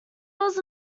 was